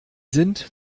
sind